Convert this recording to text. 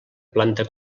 planta